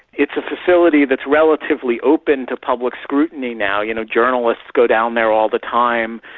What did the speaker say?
it's a facility that's relatively open to public scrutiny now. you know, journalists go down there all the time.